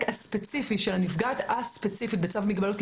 הספציפית של הנפגעת הספציפית בצו המגבלות,